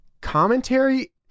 commentary